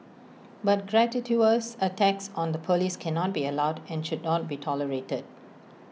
but gratuitous attacks on the Police cannot be allowed and should not be tolerated